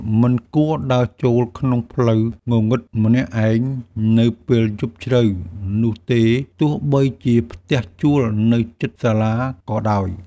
មិនគួរដើរចូលក្នុងផ្លូវងងឹតម្នាក់ឯងនៅពេលយប់ជ្រៅនោះទេ ទោះបីជាផ្ទះជួលនៅជិតសាលាក៏ដោយ។